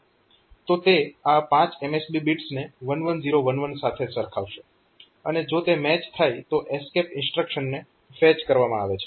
તો તે આ પાંચ MSB બિટ્સને 11011 સાથે સરખાવશે અને જો તે મેચ થાય તો ESC ઇન્સ્ટ્રક્શનને ફેચ કરવામાં આવે છે